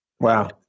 wow